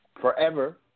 forever